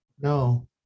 No